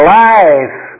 life